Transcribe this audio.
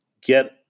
get